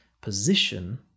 position